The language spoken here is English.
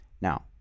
Now